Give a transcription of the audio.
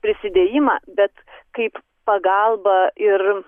prisidėjimą bet kaip pagalba ir